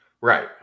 Right